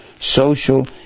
social